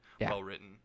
well-written